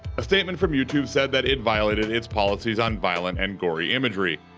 a statement from youtube said that it violated its policies on violent and gory imagery.